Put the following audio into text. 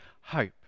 hope